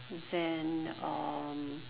then um